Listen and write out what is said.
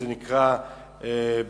זה נקרא ברוקראז'.